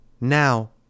Now